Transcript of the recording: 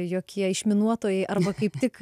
jokie išminuotojai arba kaip tik